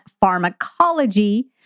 pharmacology